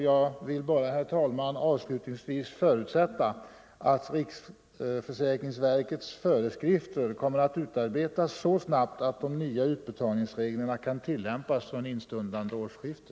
Jag vill bara, herr talman, avslutningsvis förutsätta att riksförsäkringsverkets föreskrifter kommer att utarbetas så snabbt att de nya utbetalningsreglerna kan tillämpas instundande årsskifte.